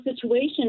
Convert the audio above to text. situation